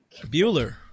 Bueller